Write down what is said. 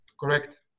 Correct